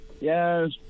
Yes